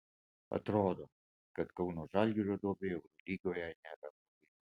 atrodo kad kauno žalgirio duobei eurolygoje nėra pabaigos